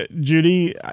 Judy